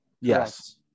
Yes